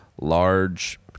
large